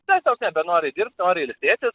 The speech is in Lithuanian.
tiesiog nebenori dirbt nori ilsėtis